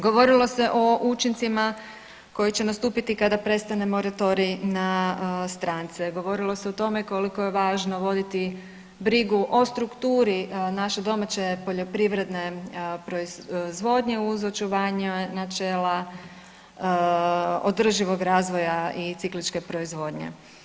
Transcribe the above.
Govorilo se o učincima kada će nastupiti kada prestane moratorij na strance, govorilo se o tome koliko je važno voditi brigu o strukturi naše domaće poljoprivredne proizvodnje uz očuvanja načela održivog razvoja i cikličke proizvodnje.